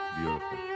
Beautiful